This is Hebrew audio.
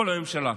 כל הממשלה.